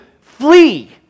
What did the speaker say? flee